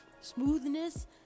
smoothness